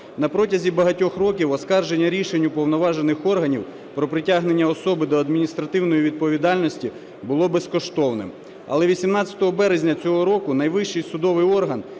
На протязі багатьох років оскарження рішень уповноважених органів про притягнення особи до адміністративної відповідальності було безкоштовним. Але 18 березня цього року найвищий судовий орган,